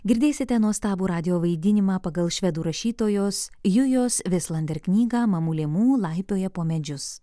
girdėsite nuostabų radijo vaidinimą pagal švedų rašytojos jujos vislender knygą mamulė mū laipioja po medžius